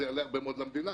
זה יעלה הרבה מאוד למדינה,